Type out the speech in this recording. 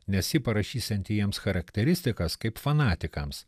nes ji parašysianti jiems charakteristikas kaip fanatikams